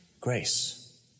grace